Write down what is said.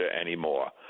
anymore